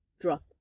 drop